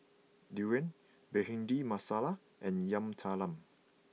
Durian Bhindi Masala and Yam Talam